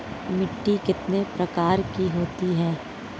मिट्टी कितने प्रकार की होती हैं?